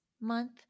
Month